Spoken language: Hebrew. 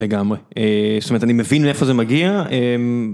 לגמרי, זאת אומרת, אני מבין לאיפה זה מגיע